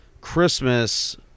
Christmas